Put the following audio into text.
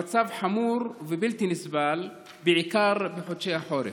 המצב חמור ובלתי נסבל, בעיקר בחודשי החורף.